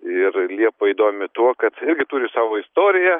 ir liepa įdomi tuo kad irgi turi savo istoriją